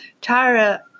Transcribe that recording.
Tara